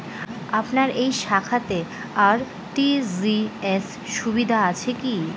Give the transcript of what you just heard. আপনার এই শাখাতে আর.টি.জি.এস সুবিধা আছে কি?